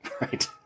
Right